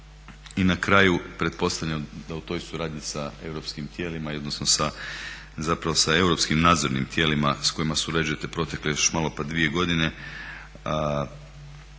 I na kraju pretpostavljam da u toj suradnji sa europskim tijelima i odnosno sa, zapravo sa europskim nadzornim tijelima s kojima surađujete protekle, još malo pa 2 godine